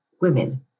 women